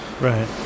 Right